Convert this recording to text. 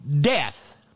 death